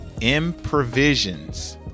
improvisions